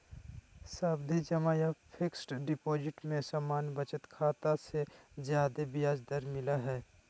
सावधि जमा या फिक्स्ड डिपाजिट में सामान्य बचत खाता से ज्यादे ब्याज दर मिलय हय